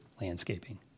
landscaping